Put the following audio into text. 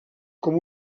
com